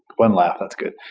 one laugh. that's good.